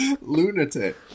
Lunatic